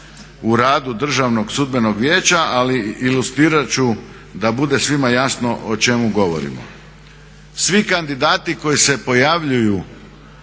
u radu Državnog sudbenog vijeća, ali ilustrirat ću da bude svima jasno o čemu govorimo. Svi kandidati koji se pojavljuju